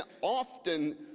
often